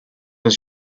does